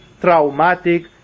traumatic